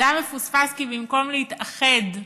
זה היה מפוספס, כי במקום להתאחד,